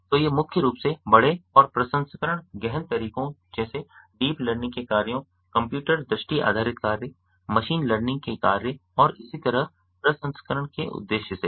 तो ये मुख्य रूप से बड़े और प्रसंस्करण गहन तरीकों जैसे डीप लर्निंग के कार्यों कंप्यूटर दृष्टि आधारित कार्य मशीन लर्निंग के कार्य और इसी तरह प्रसंस्करण के उद्देश्य से हैं